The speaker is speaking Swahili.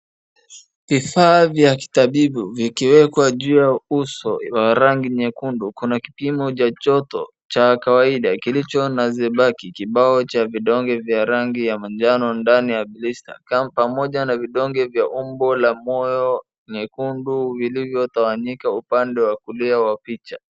Vifaa vya kitabibu vikiwekwa ju ya uso wa rangi nyekundu. Kuna kipimo cha joto cha kawaida kilicho na zebaki, kibao cha vidonge vya rangi ya majano na ndani ya blister pamoja na vidonge vya umbo la moyo nyekundu vilivyotawanyika upande wa kulia wa picha.